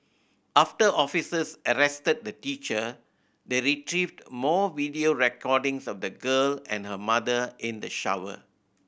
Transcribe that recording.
after officers arrested the teacher they retrieved more video recordings of the girl and her mother in the shower